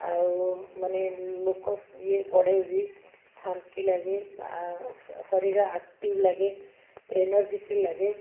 ଆଉ ମାନେ ଲୋକ ଇଏ ବଢ଼େ ବି ଭଲ ଶାନ୍ତି ଲାଗେ ଶରୀର ଆକ୍ଟିଭ ଲାଗେ ଏନର୍ଜିଟିକ୍ ଲାଗେ